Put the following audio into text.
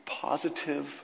positive